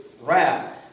wrath